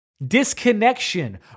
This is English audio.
disconnection